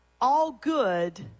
all-good